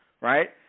right